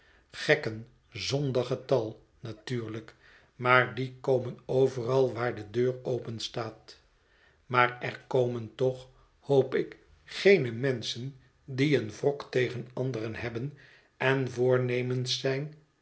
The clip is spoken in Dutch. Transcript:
gekken zonder getal natuurlijk maar die komen overal waar de deur openstaat maar er komen toch hoop ik geene menschen die een wrok tegen anderen hebben en voornemens zijn